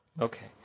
Okay